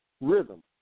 rhythm